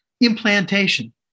implantation